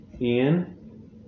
Ian